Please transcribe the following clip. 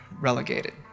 relegated